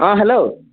অঁ হেল্ল'